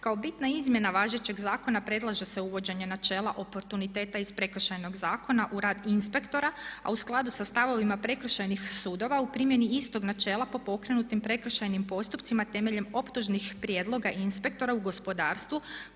Kao bitna izmjena važećeg zakona predlaže se uvođenje načela oportuniteta iz Prekršajnog zakona u rad inspektora, a u skladu sa stavovima Prekršajnih sudova u primjeni istog načela po pokrenutim prekršajnim postupcima temeljem optužnih prijedloga i inspektora u gospodarstvu